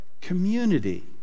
community